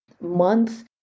month